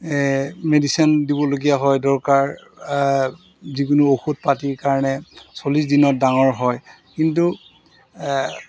medicine দিবলগীয়া হয় দৰকাৰ যিকোনো ঔষধ পাতিৰ কাৰণে চল্লিছ দিনত ডাঙৰ হয় কিন্তু